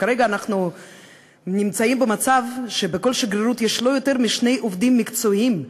כרגע אנחנו נמצאים במצב שבכל שגרירות יש לא יותר משני עובדים מקצועיים.